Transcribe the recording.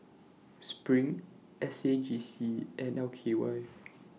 SPRING S A J C and L K Y